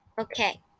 okay